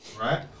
right